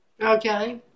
Okay